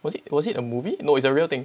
was it was it a movie no it's a real thing